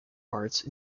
arts